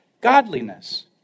godliness